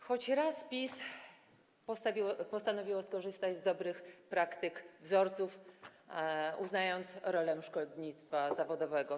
Choć raz PiS postanowiło skorzystać z dobrych praktyk, wzorców, uznając rolę szkolnictwa zawodowego.